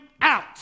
out